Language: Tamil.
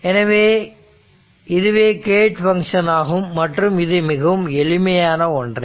எனவே இதுவே கேட் பங்க்ஷன் ஆகும் மற்றும் இது மிகவும் எளிமையான ஒன்றே